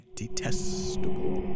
detestable